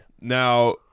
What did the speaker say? Now